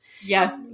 Yes